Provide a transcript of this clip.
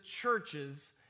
churches